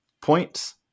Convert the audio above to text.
points